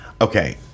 okay